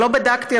ולא בדקתי,